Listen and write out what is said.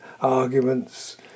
arguments